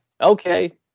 Okay